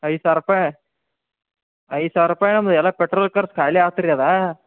ಐದು ಸಾವಿರ ರೂಪಾಯಿ ಐದು ಸಾವಿರ ರೂಪಾಯಿ ಅಂದ್ರೆ ಎಲ್ಲ ಪೆಟ್ರೋಲ್ ಖರ್ಚು ಖಾಲಿ ಆಯ್ತ್ ರೀ ಅದು